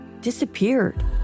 disappeared